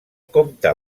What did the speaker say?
comte